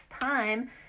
time